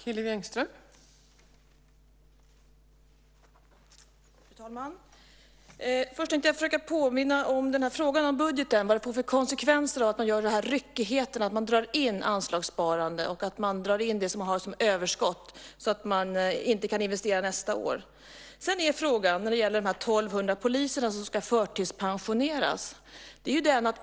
Fru talman! Först tänkte jag påminna om frågan om budgeten, vad det får för konsekvenser att man får den här ryckigheten, att man drar in anslagssparande och att man drar in det som man har som överskott så att man inte kan investera nästa år. Sedan är det frågan om de här 1 200 poliserna som ska förtidspensioneras.